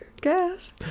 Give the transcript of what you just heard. guess